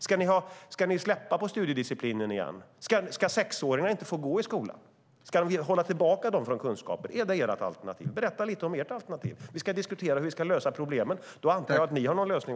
Ska ni släppa på studiedisciplinen igen? Ska sexåringarna inte få gå i skolan? Ska ni undanhålla dem kunskap? Är det ert alternativ? Berätta lite om ert alternativ. Om vi ska diskutera hur vi ska lösa problemen antar jag att också ni har någon lösning.